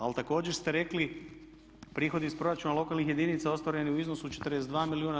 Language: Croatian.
Ali također ste rekli prihodi iz proračuna lokalnih jedinica ostvareni su u iznosu 42 milijuna.